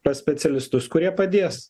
pas specialistus kurie padės